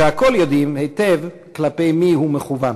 שהכול יודעים היטב כלפי מי הוא מכוּון.